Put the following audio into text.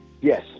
yes